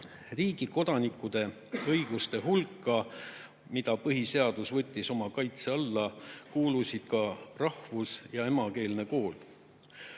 Riigikodanikkude õiguste hulka, mida põhiseadus võttis oma kaitse alla, kuulusid ka rahvus ja emakeelne kool.